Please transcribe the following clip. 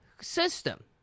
system